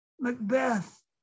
Macbeth